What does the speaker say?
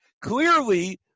Clearly